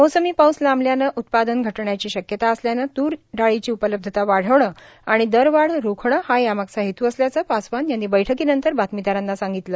मोसमी पाऊस लांबल्यानं उत्पादन घटण्याची शक्यता असल्यानं तूर डाळीची उपलब्धता वाढवणं आणि दरवाढ रोखणं हा यामागचा हेतू असल्याचं पासवान यांनी बैठकीनंतर बातमीदारांना सांगितलं